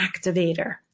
activator